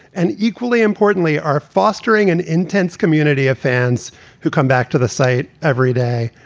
and equally importantly, are fostering an intense community of fans who come back to the site every day.